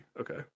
Okay